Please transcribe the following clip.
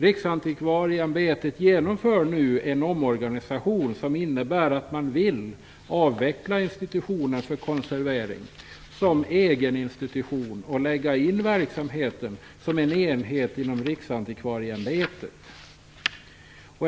Riksantikvarieämbetet genomför nu en omorganisation som innebär att man vill avveckla Institutionen för konservering som egen institution och lägga in verksamheten som en enhet inom Riksantikvarieämbetet.